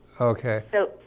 Okay